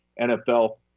NFL